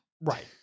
Right